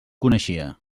coneixia